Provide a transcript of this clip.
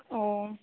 ஓ